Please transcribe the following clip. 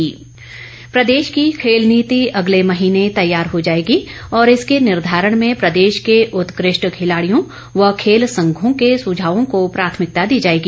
पठानिया प्रदेश की खेल नीति अगले महीने तैयार हो जाएगी और इसके निर्धारण में प्रदेश के उत्कृष्ट खिलाड़ियों व खेल संघों के सुझावों को प्राथमिकता दी जाएगी